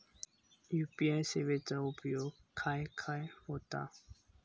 UPI सेवेचा उपयोग खाय खाय होता?